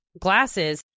glasses